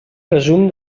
resum